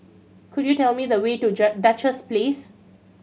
could you tell me the way to Duchess Place